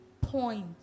point